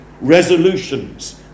Resolutions